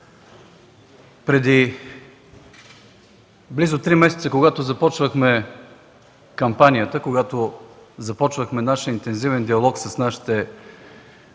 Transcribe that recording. Преди близо три месеца, когато започвахме кампанията, когато започвахме интензивния диалог с нашите